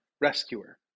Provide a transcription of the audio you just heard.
rescuer